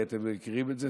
ואתם מכירים את זה,